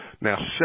Now